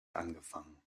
angefangen